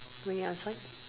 when you're outside